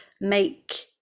make